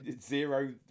Zero